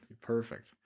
Perfect